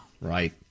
Right